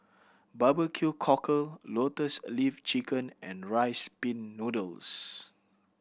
bbq cockle Lotus Leaf Chicken and Rice Pin Noodles